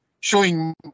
showing